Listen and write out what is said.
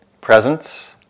Presence